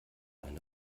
eine